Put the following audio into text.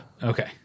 Okay